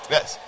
Yes